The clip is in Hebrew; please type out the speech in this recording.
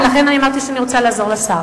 ולכן אני אמרתי שאני רוצה לעזור לשר.